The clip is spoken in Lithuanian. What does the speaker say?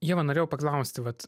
ieva norėjau paklausti vat